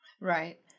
Right